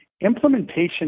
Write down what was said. implementation